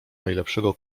najlepszego